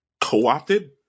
co-opted